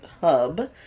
Hub